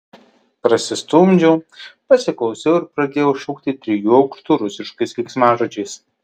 prasistumdžiau pasiklausiau ir pradėjau šaukti trijų aukštų rusiškais keiksmažodžiais